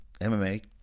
MMA